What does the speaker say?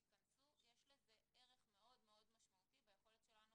תיכנסו, יש לזה ערך מאוד משמעותי ביכולת שלנו